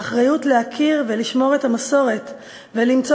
האחריות להכיר ולשמור את המסורת ולמצוא